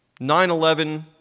9-11